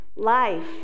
Life